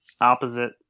opposite